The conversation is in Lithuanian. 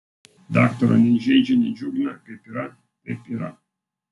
daktaro nei žeidžia nei džiugina kaip yra taip yra